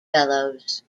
fellows